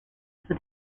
for